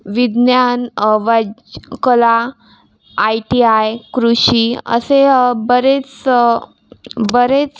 विज्ञान वैज कला आय टी आय कृषी असे बरेच बरेच